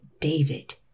David